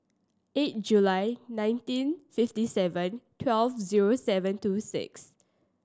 eight July nineteen fifty seven twelve zero seven two six